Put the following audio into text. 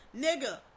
nigga